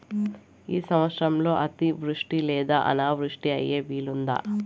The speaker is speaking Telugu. ఈ సంవత్సరంలో అతివృష్టి లేదా అనావృష్టి అయ్యే వీలుందా?